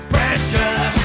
Pressure